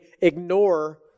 ignore